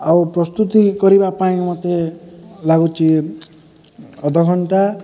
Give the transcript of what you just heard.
ଆଉ ପ୍ରସ୍ତୁତି କରିବା ପାଇଁ ମୋତେ ଲାଗୁଛି ଅଧଘଣ୍ଟା